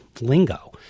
lingo